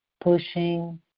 pushing